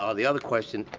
ah the other question,